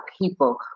people